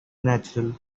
natural